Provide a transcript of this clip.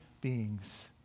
beings